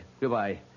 Goodbye